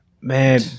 Man